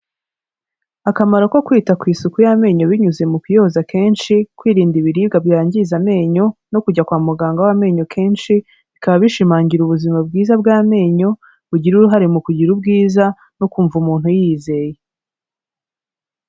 Akamaro ko kwita ku isuku y'amenyo binyuze mu kuyoza keshi, kwirinda ibiribwa byangiza amenyo no kujya kwa muganga w'amenyo kenshi, bikaba bishimangira ubuzima bwiza bw'amenyo bugira uruhare mu kugira ubwiza no kumva umuntu yiyizeye.